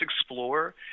explore